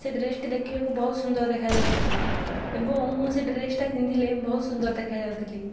ସେ ଡ୍ରେସଟି ଦେଖିବାକୁ ବହୁତ ସୁନ୍ଦର ଦେଖାଯାଉଥିଲା ଏବଂ ମୁଁ ସେ ଡ୍ରେସଟା ପିନ୍ଧିଲେ ବହୁତ ସୁନ୍ଦର ଦେଖାଯାଉଥିଲି